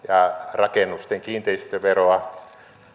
rakennusten kiinteistöveroa